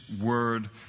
word